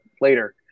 later